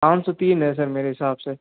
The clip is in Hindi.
पाँच सौ तीन है सर मेरे हिसाब से